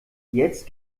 jetzt